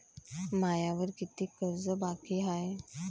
मायावर कितीक कर्ज बाकी हाय?